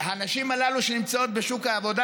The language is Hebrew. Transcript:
הנשים הללו שנמצאות בשוק העבודה